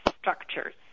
structures